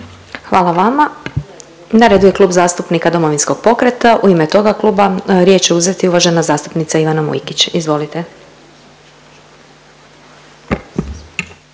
Hvala vama. Na redu je Klub zastupnika Domovinskog pokreta. U ime toga kluba riječ će uzeti uvažena zastupnica Ivana Mujkić, izvolite.